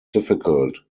difficult